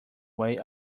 way